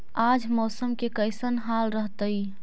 आज मौसम के कैसन हाल रहतइ?